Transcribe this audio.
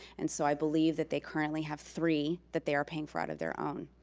and so i believe that they currently have three that they are paying for out of their own.